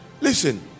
Listen